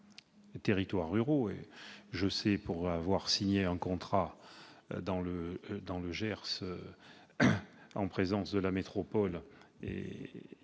territoires ruraux. Je sais, pour avoir signé un contrat dans le Gers en présence de la métropole et